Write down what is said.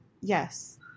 Yes